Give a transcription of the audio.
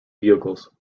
vehicles